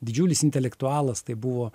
didžiulis intelektualas tai buvo